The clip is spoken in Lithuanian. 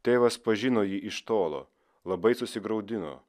tėvas pažino jį iš tolo labai susigraudino